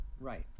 right